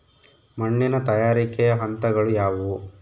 ಮಣ್ಣಿನ ತಯಾರಿಕೆಯ ಹಂತಗಳು ಯಾವುವು?